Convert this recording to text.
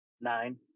Nine